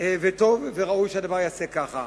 וטוב וראוי שהדבר ייעשה כך.